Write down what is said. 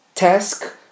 task